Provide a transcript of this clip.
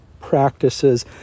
practices